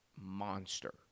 monster